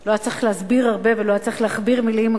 לא היה צריך להסביר הרבה ולא היה צריך להכביר מלים,